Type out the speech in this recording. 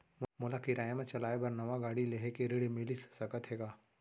मोला किराया मा चलाए बर नवा गाड़ी लेहे के ऋण मिलिस सकत हे का?